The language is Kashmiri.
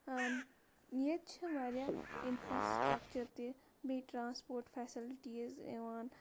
ییٚتہِ چھِ واریاہ اِنفرٛاسٕٹرٛکچَر تہِ بیٚیہِ ٹرٛانسپوٹ فٮ۪سَلٹیٖز یِوان